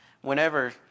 Whenever